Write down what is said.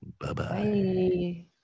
Bye-bye